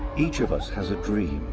each of us has a dream,